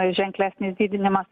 ženklesnis didinimas